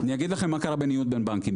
אני אגיד לכם מה קרה בניוד בין בנקים.